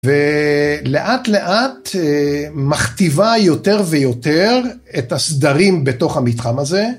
ולאט לאט מכתיבה יותר ויותר את הסדרים בתוך המתחם הזה.